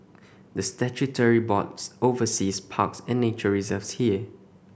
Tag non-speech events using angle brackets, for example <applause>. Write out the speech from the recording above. the statutory board <unintelligible> oversees parks and nature reserves here